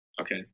okay